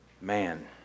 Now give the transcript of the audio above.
Man